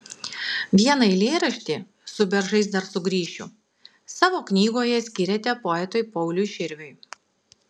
vieną eilėraštį su beržais dar sugrįšiu savo knygoje skyrėte poetui pauliui širviui